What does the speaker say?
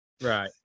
right